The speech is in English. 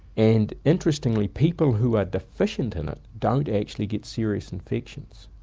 and interestingly people who are deficient in it don't actually get serious infections.